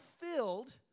filled